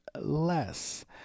less